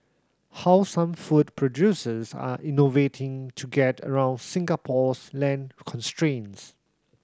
how some food producers are innovating to get around Singapore's land constraints